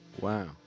Wow